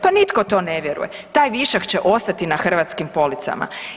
Pa nitko to ne vjeruje, taj višak će ostati na hrvatskim policama.